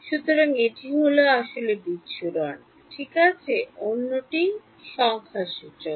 সুতরাং একটি হল আসল বিচ্ছুরণ ঠিক আছে অন্যটি সংখ্যাসূচক